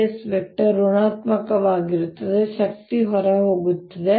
dS ಋಣಾತ್ಮಕವಾಗಿರುತ್ತದೆ ಶಕ್ತಿ ಹೊರಹೋಗುತ್ತದೆ